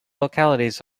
localities